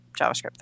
JavaScript